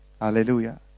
Hallelujah